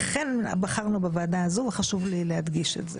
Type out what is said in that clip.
לכן בחרנו בוועדה הזו וחשוב לי להדגיש את זה.